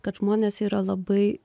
kad žmonės yra labai